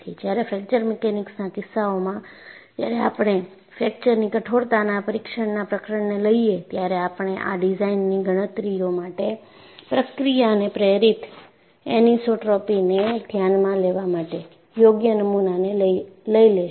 જ્યારે ફ્રેક્ચર મિકેનિક્સના કિસ્સાઓમાં જ્યારે આપણે ફ્રેકચરની કઠોરતાના પરીક્ષણના પ્રકરણને લઈએ ત્યારે આપણે આ ડિઝાઇનની ગણતરીઓ માટે પ્રક્રિયાને પ્રેરિત એનિસોટ્રોપીને ધ્યાનમાં લેવા માટે યોગ્ય નમુનાને લઈ લેશું